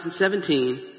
2017